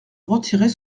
retirer